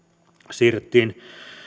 siirrettiin